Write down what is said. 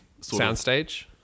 soundstage